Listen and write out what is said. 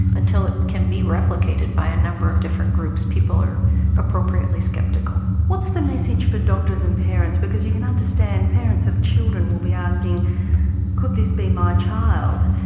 until it can be replicated by a number of different groups, people are appropriately sceptical. what's the message for doctors and parents because you can understand parents of children will be asking could this be my child?